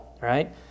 right